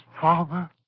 father